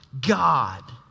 God